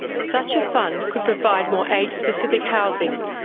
such a fund could provide more age specific housing.